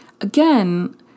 Again